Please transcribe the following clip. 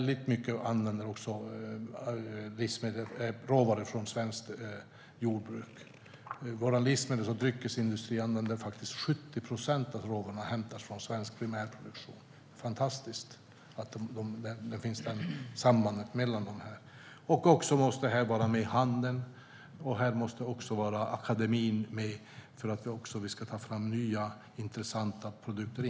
Den använder råvaror från svenskt jordbruk. 70 procent av råvarorna för livsmedels och dryckesindustri hämtas från svensk primärproduktion. Det är fantastiskt med detta samband. Handeln och akademin måste vara med så att vi kan ta fram nya intressanta produkter.